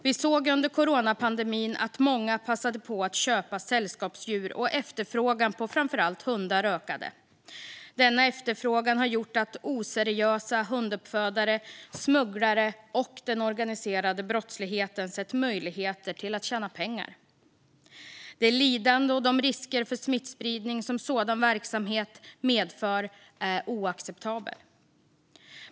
Vi såg under coronapandemin att många passade på att köpa sällskapsdjur, och efterfrågan på framför allt hundar ökade. Denna efterfrågan har gjort att oseriösa hunduppfödare, smugglare och den organiserade brottsligheten sett möjligheter till att tjäna pengar. Det lidande och de risker för smittspridning som sådan verksamhet medför är oacceptabla.